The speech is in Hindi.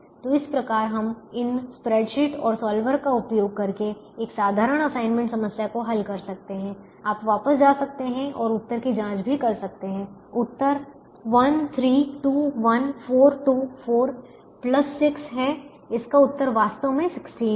तो इस प्रकार हम इन स्प्रैडशीट और सॉल्वर का उपयोग करके एक साधारण असाइनमेंट समस्या को हल कर सकते हैं आप वापस जा सकते हैं और उत्तर की जांच भी कर सकते हैं उत्तर 1 3 2 1 4 2 4 प्लस 6 है इसका उत्तर वास्तव में 16 है